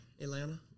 Atlanta